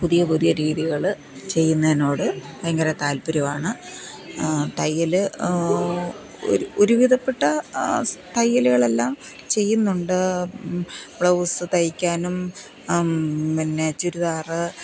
പുതിയ പുതിയ രീതികൾ ചെയ്യുന്നതിനോട് ഭയങ്കര താല്പ്പര്യമാണ് തയ്യൽ ഒരു ഒരുവിധപ്പെട്ട തയ്യലുകളെല്ലാം ചെയ്യുന്നുണ്ട് ബ്ലൗസ് തയ്ക്കാനും പിന്നെ ചുരിദാറ്